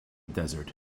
desert